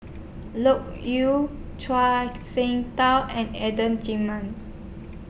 Loke Yew Shengtao and Adan Jimenez